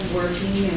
working